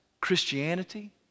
Christianity